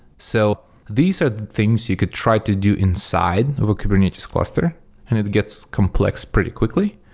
so these are the things you could try to do inside of a kubernetes cluster and it gets complex pretty quickly,